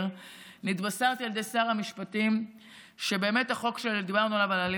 נתבשרתי על ידי שר המשפטים שהחוק שדיברנו עליו,